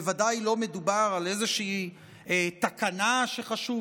בוודאי לא מדובר על איזושהי תקנה שחשוב